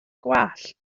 gwallt